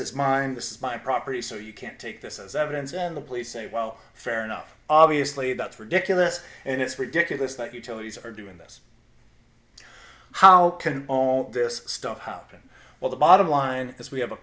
is mine this is my property so you can't take this as evidence and the police say well fair enough obviously that's ridiculous and it's ridiculous that utilities are doing this how can own this stuff hoppen well the bottom line is we have a